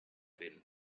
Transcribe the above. been